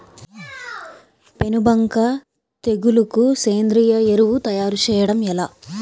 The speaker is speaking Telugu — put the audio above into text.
పేను బంక తెగులుకు సేంద్రీయ ఎరువు తయారు చేయడం ఎలా?